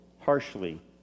harshly